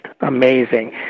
amazing